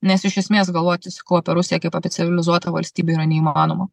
nes iš esmės galvoti sakau apie rusiją kaip apie civilizuotą valstybę yra neįmanoma